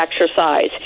exercise